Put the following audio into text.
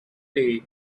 day